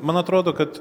man atrodo kad